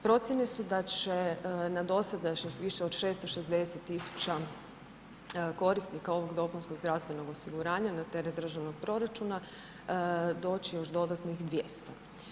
Procijene su da će na dosadašnjih više od 660 000 korisnika ovog dopunskog zdravstvenog osiguranja na teret državnog proračuna doći još dodatnih 200.